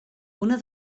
una